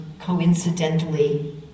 coincidentally